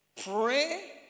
pray